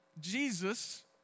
Jesus